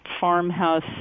farmhouse